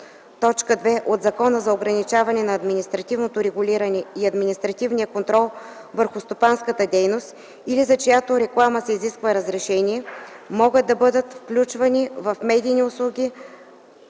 1, т. 2 от Закона за ограничаване на административното регулиране и административния контрол върху стопанската дейност или за чиято реклама се изисква разрешение, могат да бъдат включвани в медийни услуги